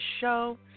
show